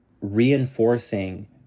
reinforcing